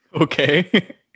Okay